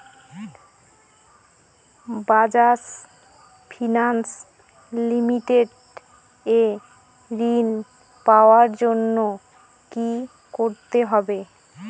Bajaj Finance Limited এ ঋন পাওয়ার জন্য কি করতে হবে?